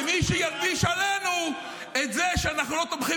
מי שילביש עלינו את זה שאנחנו לא תומכים